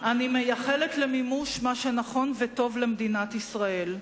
אני מייחלת למימוש מה שנכון וטוב למדינת ישראל,